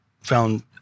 found